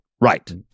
right